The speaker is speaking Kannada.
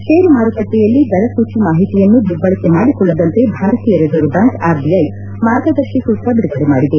ಷೇರು ಮಾರುಕಟ್ಲೆಯಲ್ಲಿ ದರ ಸೂಚಿ ಮಾಹಿತಿಯನ್ನು ದುರ್ಬಳಕೆ ಮಾಡಿಕೊಳ್ಳದಂತೆ ಭಾರತೀಯ ರಿಸರ್ವ್ ಬ್ಲಾಂಕ್ ಆರ್ಬಿಐ ಮಾರ್ಗದರ್ಶಿ ಸೂತ್ರ ಬಿಡುಗಡೆ ಮಾಡಿದೆ